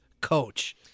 coach